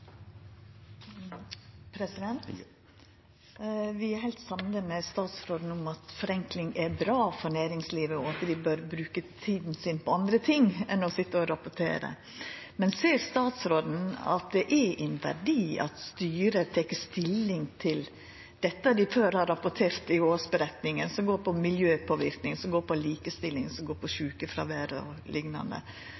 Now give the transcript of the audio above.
bør bruka tida si på andre ting enn å sitja å rapportera. Ser statsråden at det er ein verdi at styret tek stilling til dette dei før har rapportert i årsmeldinga, som går på miljøpåverknad, som går på likestilling, som går på